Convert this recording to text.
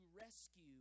rescue